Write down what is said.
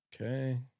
Okay